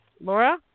Laura